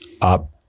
up